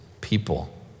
people